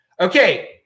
Okay